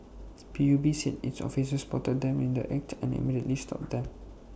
P U B said its officers spotted them in the act and immediately stopped them